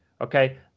okay